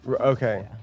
Okay